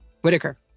Whitaker